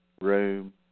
room